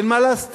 אין מה להסתיר.